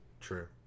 True